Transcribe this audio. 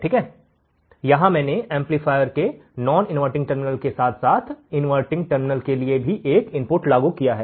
ठीक है यहां मैंने एम्पलीफायर के नॉन इनवर्टिंग टर्मिनल के साथ साथ इनवर्टिंग के लिए एक इनपुट लागू किया है